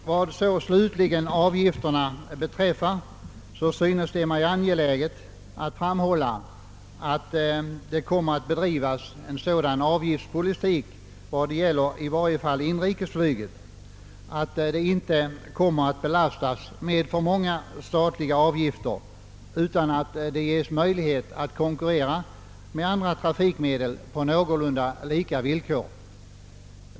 Vad slutligen beträffar avgifterna synes det mig angeläget att framhålla, att det kommer att bedrivas en sådan avgiftspolitik i varje fall vad beträffar inrikesflyget, att detta inte kommer att belastas med för många statliga avgifter utan att det kommer att ges möjlighet att konkurrera med andra trafikmedel på någorlunda lika villkor.